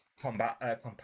combat